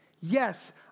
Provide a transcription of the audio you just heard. Yes